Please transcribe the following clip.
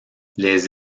les